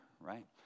right